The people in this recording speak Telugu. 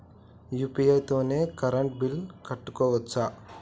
యూ.పీ.ఐ తోని కరెంట్ బిల్ కట్టుకోవచ్ఛా?